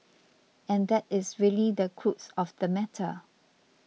and that is really the crux of the matter